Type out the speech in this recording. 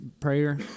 prayer